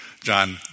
John